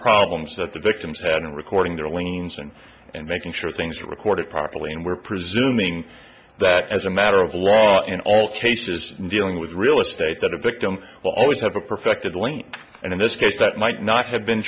problems that the victim said and recording their liens and and making sure things are recorded properly and we're presuming that as a matter of law in all cases dealing with real estate that a victim will always have a perfected link and in this case that might not have been